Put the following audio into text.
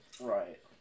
Right